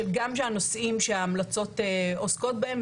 גם של הנושאים שההמלצות עוסקות בהם,